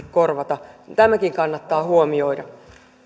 korvata tämäkin kannattaa huomioida vastauspuheenvuoro